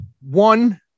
one